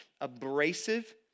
abrasive